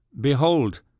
Behold